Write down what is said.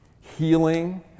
healing